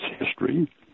history